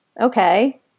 okay